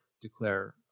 declare